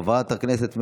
חבר הכנסת חילי טרופר,